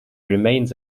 remains